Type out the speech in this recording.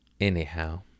Anyhow